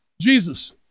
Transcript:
Jesus